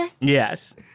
Yes